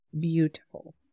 beautiful